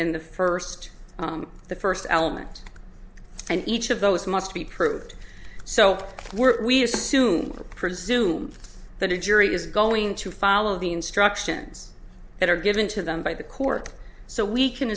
in the first the first element and each of those must be proved so we're we assume presume that a jury is going to follow the instructions that are given to them by the court so we can